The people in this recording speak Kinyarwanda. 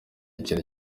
ikintu